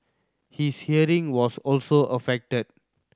his hearing was also affected